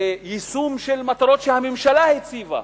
יישום של מטרות שהממשלה הציבה.